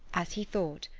as he thought,